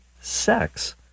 sex